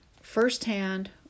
firsthand